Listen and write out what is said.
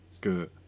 Good